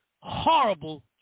Horrible